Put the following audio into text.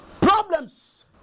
problems